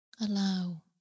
Allow